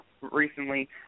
recently